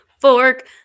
Fork